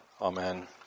Amen